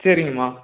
சரிங்கம்மா